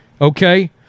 Okay